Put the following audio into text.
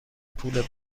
پول